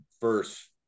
first